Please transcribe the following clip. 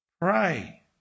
pray